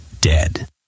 dead